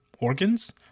organs